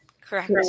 Correct